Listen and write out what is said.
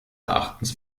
erachtens